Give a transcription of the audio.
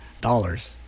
dollars